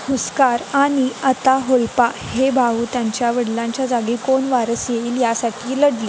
हुस्कार आणि आताहोल्पा हे भाऊ त्यांच्या वडिलांच्या जागी कोण वारस येईल यासाठी लढले